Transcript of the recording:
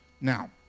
Now